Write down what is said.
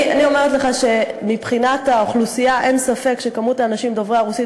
אני אומרת לך שמבחינת האוכלוסייה אין ספק שכמות האנשים דוברי הרוסית